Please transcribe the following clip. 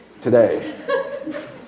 today